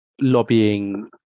lobbying